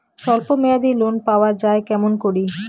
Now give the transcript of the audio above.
স্বল্প মেয়াদি লোন পাওয়া যায় কেমন করি?